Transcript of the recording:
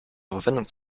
verwendung